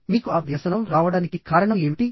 మీకు ఆ వ్యసనం రావడానికి కారణం ఏమిటి